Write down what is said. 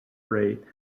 rate